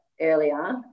earlier